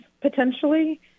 potentially